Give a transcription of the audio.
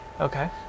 Okay